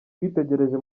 witegereje